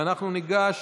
אנחנו ניגש